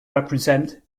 represent